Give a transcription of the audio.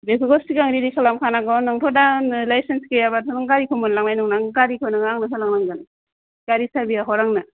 बेखौबो सिगां रेदि खालामखानांगौ नोंथ दा आंनो लायसेन्स गैयाबा गारिखौ मोलांनाय नंला नोङो गारिखौ आंनो होलांनांगोन गारि साबिया हर आंनो